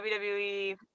WWE